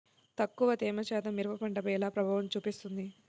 తక్కువ తేమ శాతం మిరప పంటపై ఎలా ప్రభావం చూపిస్తుంది?